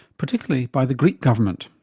particularly by the greek government.